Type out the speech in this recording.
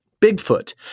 Bigfoot